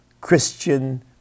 Christian